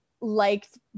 liked